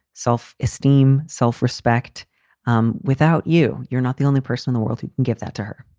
self esteem, self respect um without you. you're not the only person in the world who can give that to her.